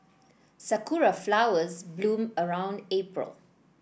sakura flowers bloom around April